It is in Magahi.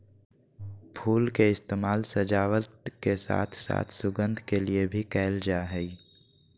फुल के इस्तेमाल सजावट के साथ साथ सुगंध के लिए भी कयल जा हइ